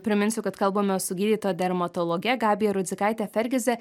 priminsiu kad kalbame su gydytoja dermatologe gabija rudzikaite fergize